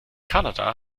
kanada